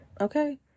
Okay